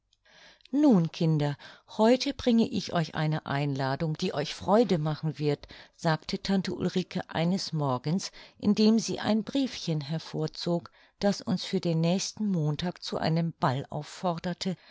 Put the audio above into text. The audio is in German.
nun kinder heute bringe ich euch eine einladung die euch freude machen wird sagte tante ulrike eines morgens indem sie ein briefchen hervorzog das uns für den nächsten montag zu einem ball aufforderte